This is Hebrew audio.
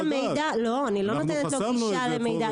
המידע --- את נותנת לו עכשיו גישה לדעת.